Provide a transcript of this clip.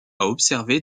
observer